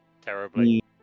Terribly